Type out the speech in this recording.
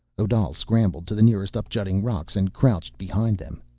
odal scrambled to the nearest upjutting rocks and crouched behind them.